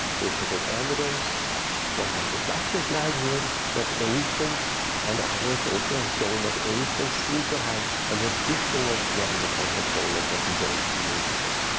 there's sort of evidence from um monty slatkin's lab here that asians and others also have shown that asians seem to have an additional neanderthal component that you don't see in europe.